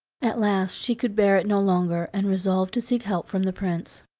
at last she could bear it no longer, and resolved to seek help from the prince.